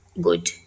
good